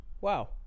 wow